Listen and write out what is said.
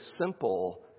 simple